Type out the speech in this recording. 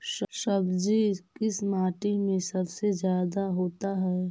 सब्जी किस माटी में सबसे ज्यादा होता है?